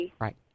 Right